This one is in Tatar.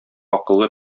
акыллы